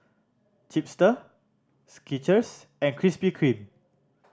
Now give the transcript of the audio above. Chipster Skechers and Krispy Kreme